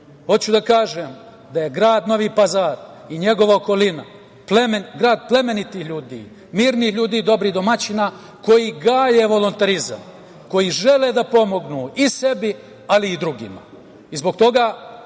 itd. Hoću da kažem, da je grad Novi Pazar i njegova okolina, grad plemenitih ljudi, mirnih ljudi, dobrih domaćina koji gaje volontarizam, koji žele da pomognu i sebi, ali i drugima. Zbog toga,